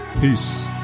peace